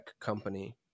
company